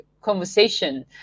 conversation